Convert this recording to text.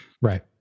Right